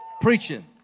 preaching